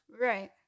Right